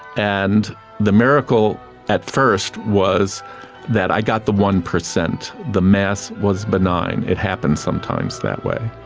and the miracle at first was that i got the one percent. the mass was benign. it happens sometimes that way.